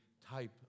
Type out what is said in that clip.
type